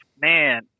Man